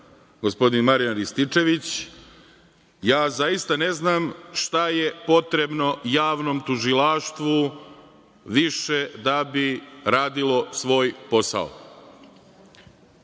gospodin Marijan Rističević. Ja zaista ne znam šta je potrebno Javnom tužilaštvu više da bi radilo svoj posao.